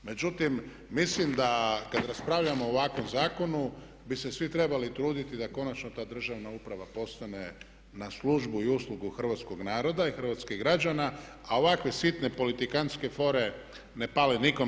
Međutim, mislim da kad raspravljamo o ovakvom zakonu bi se svi trebali truditi da konačno ta državna uprava postane na službu i uslugu hrvatskog naroda i hrvatskih građana, a ovakve sitne politikantske fore ne pale nikom.